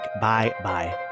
Bye-bye